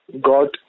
got